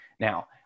Now